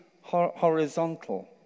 horizontal